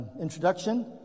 introduction